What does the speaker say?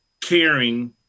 caring